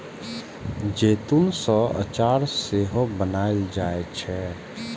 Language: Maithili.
जैतून सं अचार सेहो बनाएल जाइ छै